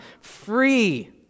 free